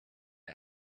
egg